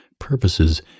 purposes